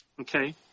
Okay